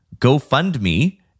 GoFundMe